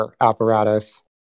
apparatus